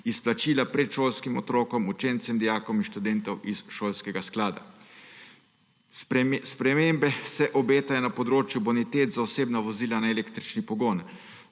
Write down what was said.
izplačila predšolskih otrokom, učencem, dijakom in študentom iz šolskega sklada, spremembe se obetajo na področju bonitet za osebna vozila na električni pogon.